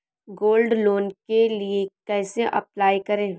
Gold loan के लिए कैसे अप्लाई करें?